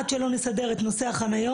עד שלא נסדר את נושא החניות,